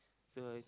so I